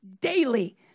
daily